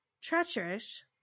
treacherous